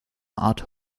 art